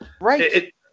Right